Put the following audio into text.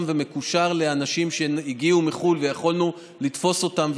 ומקושר לאנשים שהגיעו מחו"ל ויכולנו לתפוס אותם,